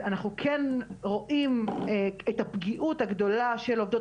אנחנו כן רואים את הפגיעות הגדולה של עובדות